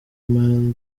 martin